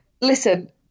Listen